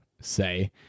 say